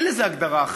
אין לזה הגדרה אחרת.